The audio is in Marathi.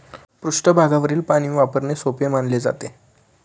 पृष्ठभागावरील पाणी वापरणे सोपे मानले जाते